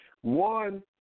One